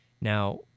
Now